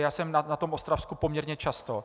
Já jsem na Ostravsku poměrně často.